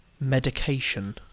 medication